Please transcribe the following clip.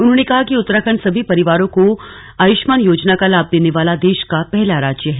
उन्होंने कहा कि उत्तराखण्ड सभी परिवारों को आयुष्मान योजना का लाभ देने वाला देश का पहला राज्य है